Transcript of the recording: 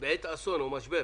בעת אסון או משבר,